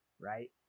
right